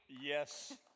yes